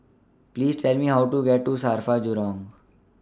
Please Tell Me How to get to SAFRA Jurong